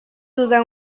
duda